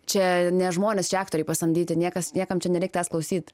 čia ne žmonės čia aktoriai pasamdyti niekas niekam čia nereik tavęs klausyt